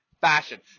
fashion